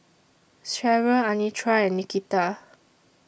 Sherryl Anitra and Nikita